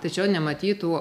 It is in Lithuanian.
tačiau nematytų